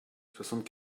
soixante